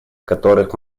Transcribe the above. которых